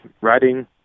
writing